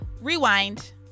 rewind